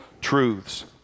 truths